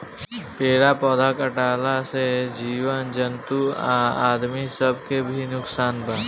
पेड़ आ पौधा कटला से जीव जंतु आ आदमी सब के भी नुकसान बा